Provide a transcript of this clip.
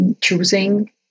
choosing